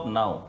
now